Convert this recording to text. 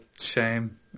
shame